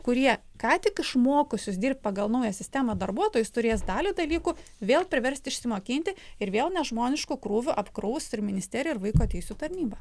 kurie ką tik išmokusius dirbt pagal naują sistemą darbuotojus turės dalį dalykų vėl priversti išsimokinti ir vėl nežmonišku krūviu apkraus ir ministerija ir vaiko teisių tarnyba